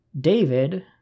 David